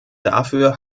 dafür